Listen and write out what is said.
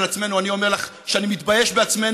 כן, תבקש הודעה אישית.